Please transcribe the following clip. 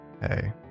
Hey